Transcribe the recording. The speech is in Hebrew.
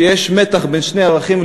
כשיש מתח בין שני ערכים,